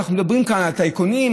אנחנו מדברים כאן על טייקונים,